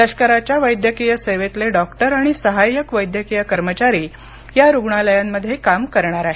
लष्कराच्या वैद्यकीय सेवेतले डॉक्टर आणि सहाय्यक वैद्यकीय कर्मचारी यारुग्णालयांमध्ये काम करणार आहेत